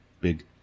big